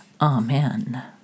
Amen